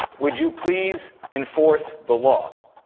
would you please enforce the law?